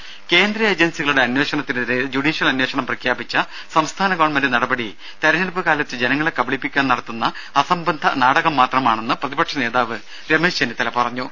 രുഭ കേന്ദ്ര ഏജൻസികളുടെ അന്വേഷണത്തിനെതിരെ ജുഡീഷ്യൽ അന്വേഷണം പ്രഖ്യാപിച്ച സംസ്ഥാന ഗവൺമെന്റ് നടപടി തെരഞ്ഞെടുപ്പ് കാലത്ത് ജനങ്ങളെ കബളിപ്പിക്കാൻ നടത്തുന്ന അസംബന്ധ നാടകം മാത്രമാണെന്ന് പ്രതിപക്ഷ നേതാവ് രമേശ് ചെന്നിത്തല പറഞ്ഞു